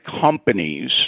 companies